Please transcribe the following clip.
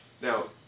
Now